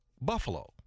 Buffalo